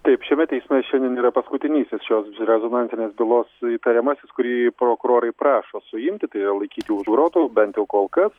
taip šiame teisme šiandien yra paskutinysis šios rezonansinės bylos įtariamasis kurį prokurorai prašo suimti tai yra laikyti už grotų bent jau kol kas